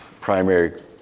primary